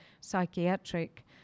psychiatric